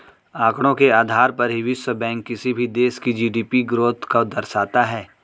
आंकड़ों के आधार पर ही विश्व बैंक किसी भी देश की जी.डी.पी ग्रोथ को दर्शाता है